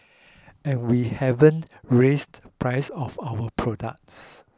and we haven't raised the prices of our products